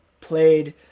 played